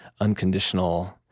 unconditional